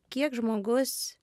kiek žmogus